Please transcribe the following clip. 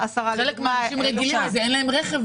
המשרד הזה הוא משרד ענק, יש לו הרבה זרועות.